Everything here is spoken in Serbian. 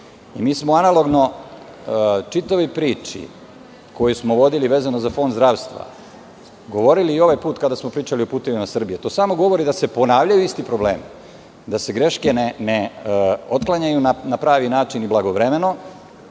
smo analogno čitavoj priči koji smo vodili vezano za fond zdravstva govorili i ovaj put kada smo pričali o "Putevima Srbije". To samo govori da se ponavljaju isti problemi, da se greške ne otklanjaju na pravi način i blagovremeno,